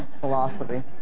philosophy